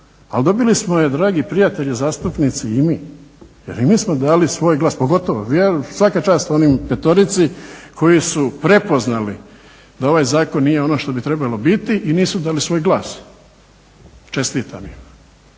Al' dobili smo je dragi prijatelji zastupnici i mi, jer i mi smo dali svoj glas, pogotovo, vjerujem svaka čast onoj petorici koji su prepoznali da ovaj zakon nije ono što bi trebao biti i nisu dali svoj glas. Čestitam im.